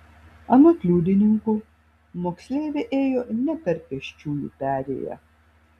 anot liudininkų moksleivė ėjo ne per pėsčiųjų perėją